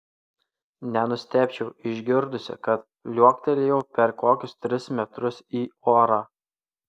nenustebčiau išgirdusi kad liuoktelėjau per kokius tris metrus į orą